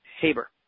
Haber